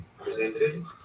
Presented